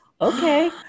okay